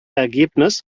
ergebnis